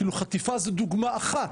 כאילו חטיפה זו דוגמה אחת,